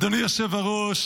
אדוני יושב-הראש,